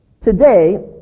Today